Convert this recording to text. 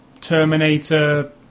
Terminator